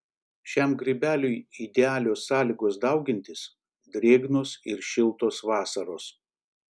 šiam grybeliui idealios sąlygos daugintis drėgnos ir šiltos vasaros